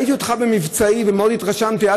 ראיתי אותך במבצעי ומאוד התרשמתי,